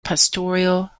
pastoral